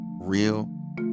real